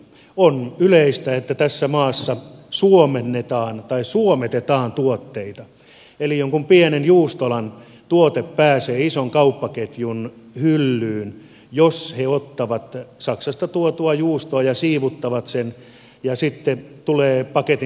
on yleistä että tässä maassa suomennetaan tai suometetaan tuotteita eli jonkun pienen juustolan tuote pääsee ison kauppaketjun hyllyyn jos he ottavat saksasta tuotua juustoa ja siivuttavat sen ja sitten tulee paketin päälle